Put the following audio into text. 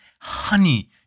Honey